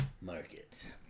market